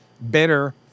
better